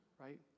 right